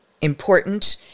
important